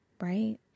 right